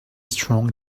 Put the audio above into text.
strong